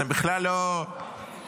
אתם בכלל לא באירוע,